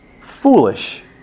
foolish